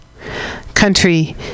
Country